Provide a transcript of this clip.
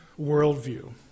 worldview